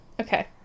Okay